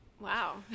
Wow